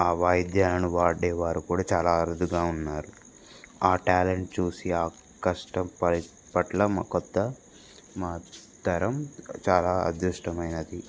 ఆ వాయిద్యాలను వాడేవారు కూడా చాలా అరుదుగా ఉన్నారు ఆ టాలెంట్ చూసి ఆ కష్టం పరి పట్ల మా కొత్త మా తరం చాలా అదృష్టమైనది